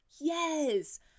yes